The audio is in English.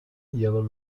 yellow